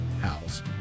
house